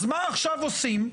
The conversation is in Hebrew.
אז מה עכשיו עושים?